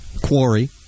Quarry